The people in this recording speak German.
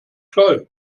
scheu